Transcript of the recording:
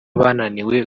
bananiwe